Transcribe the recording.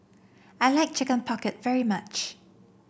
I like Chicken Pocket very much